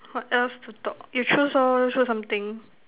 what else to talk you choose lor choose something